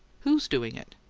who's doing it?